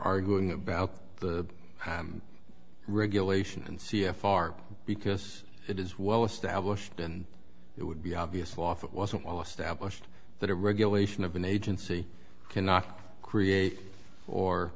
arguing about the regulation and c f r because it is well established and it would be obvious off it wasn't well established that a regulation of an agency cannot create or